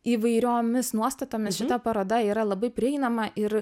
įvairiomis nuostatomis šita paroda yra labai prieinama ir